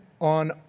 on